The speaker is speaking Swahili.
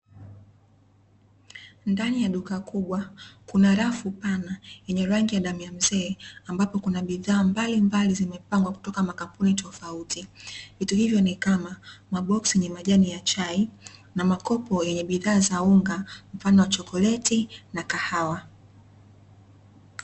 Ndani ya duka kubwa, kuna rafu pana yenye rangi ya damu ya mzee, ambapo kuna bidhaa mbalimbali zimepangwa kutoka makampuni tofauti, vitu hivyo ni kama: maboksi yenye majani ya chai, na makopo yenye bidhaa za unga mfano wa chocolate na kahawa.